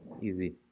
easy